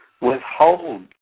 withhold